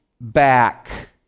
back